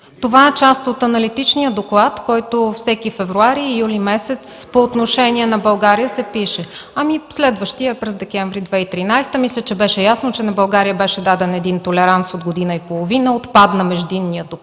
Това е част от аналитичния доклад, който всеки февруари и юли месец се пише по отношение на България. Следващият доклад е през месец декември 2013 г. Мисля, че беше ясно, че на България беше даден толеранс от година и половина. Отпадна междинният доклад,